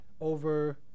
over